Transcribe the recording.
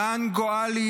רס"ר רן גואילי,